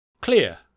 clear